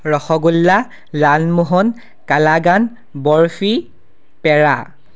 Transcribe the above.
ৰসগোল্লা লালমোহন কালাগান বৰফি পেৰা